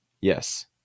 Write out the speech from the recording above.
Yes